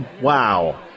Wow